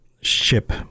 ship